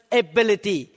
ability